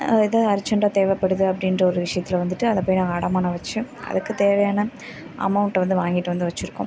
ஏதோ அர்ஜெண்டாக தேவைப்படுது அப்படின்ற ஒரு விஷயத்தில் வந்துவிட்டு அதை போய் நாங்கள் அடமானம் வைச்சி அதுக்கு தேவையான அமௌண்ட்டை வந்து வாங்கிட்டு வந்து வைச்சிருக்கோம்